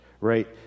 right